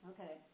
Okay